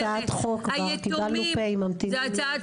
היתומים --- העלנו הצעת חוק כבר קיבלנו- -- זו הצעת